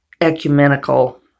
ecumenical